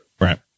Right